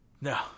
No